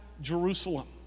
Jerusalem